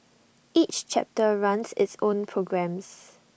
each chapter runs its own programmes